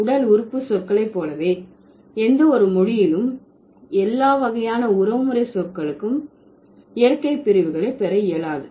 உடல் உறுப்பு சொற்களை போலவே எந்த ஒரு மொழியிலும் எல்லா வகையான உறவுமுறை சொற்களுக்கும் இயற்கை பிரிவுகளை பெற இயலாது